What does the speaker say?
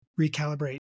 recalibrate